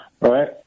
Right